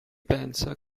pensa